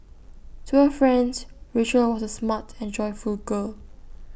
to her friends Rachel was A smart and joyful girl